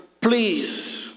Please